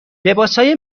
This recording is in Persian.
لباسهای